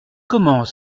comment